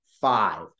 five